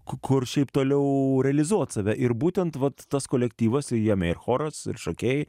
kur šiaip toliau realizuot save ir būtent vat tas kolektyvas jame ir choras šokiai